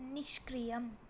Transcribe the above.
निष्क्रियम्